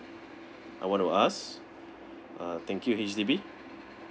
I want to ask uh thank you H_D_B